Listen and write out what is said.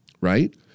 right